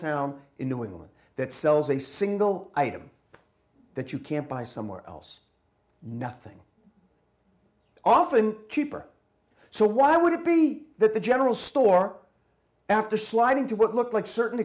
town in new england that sells a single item that you can't buy somewhere else nothing often cheaper so why would it be that the general store after sliding to what looked like certain